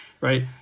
Right